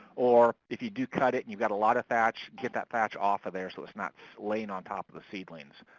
or if you do cut it, and you've got a lot of thatch, get that thatch off of there so it's not laying on top of the seedlings.